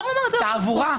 תעבורה.